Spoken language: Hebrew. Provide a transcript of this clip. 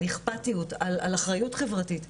על אכפתיות,